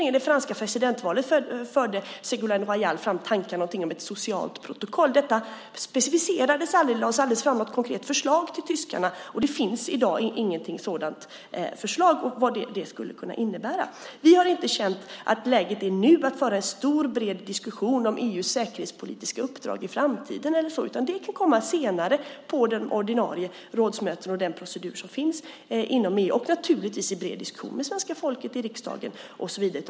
Inför det franska presidentvalet förde Ségolène Royal fram tankar om ett socialt protokoll. Detta specificerades aldrig, och det lades aldrig fram något konkret förslag till tyskarna, och det finns i dag inget sådant förslag och vad ett sådant skulle kunna innebära. Vi har inte känt att det nu är läge att föra en stor och bred diskussion om EU:s säkerhetspolitiska uppdrag i framtiden och så vidare. Det kan komma senare på ordinarie rådsmöten och i den procedur som finns inom EU och naturligtvis i bred diskussion med svenska folket och i riksdagen och så vidare.